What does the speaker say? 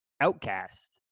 outcast